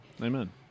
Amen